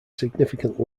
significant